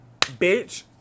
bitch